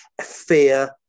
fear